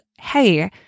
hey